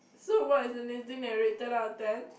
so what is the next thing that you will rate ten out of ten